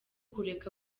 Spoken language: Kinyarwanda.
kureka